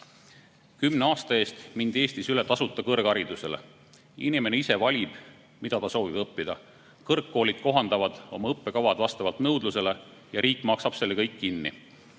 aasta eest mindi Eestis üle tasuta kõrgharidusele. Inimene ise valib, mida ta soovib õppida. Kõrgkoolid kohandavad oma õppekavad vastavalt nõudlusele ja riik maksab selle kõik kinni.